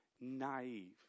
naive